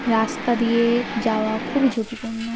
রাস্তা দিয়ে যাওয়া খুবই ঝুঁকিপূর্ণ